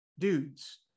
dudes